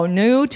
new